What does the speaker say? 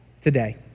today